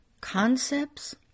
concepts